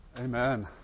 Amen